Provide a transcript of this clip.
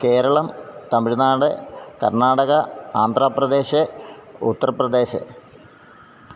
Keralam Tamil Nadu Karnataka Andhra Pradesh Uttar Pradesh